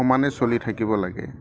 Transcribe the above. সমানে চলি থাকিব লাগে